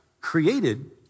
created